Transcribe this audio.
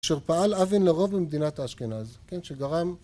אשר פעל אבן לרוב במדינת אשכנז, כן, שגרם